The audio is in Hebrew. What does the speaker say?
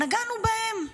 נגענו בהם.